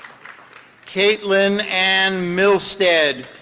katelyn ann milstead.